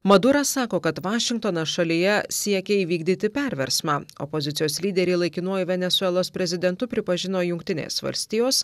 maduras sako kad vašingtonas šalyje siekia įvykdyti perversmą opozicijos lyderį laikinuoju venesuelos prezidentu pripažino jungtinės valstijos